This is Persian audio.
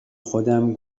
خودم